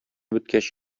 беткәч